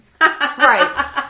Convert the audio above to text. Right